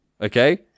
okay